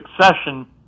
succession